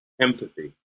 empathy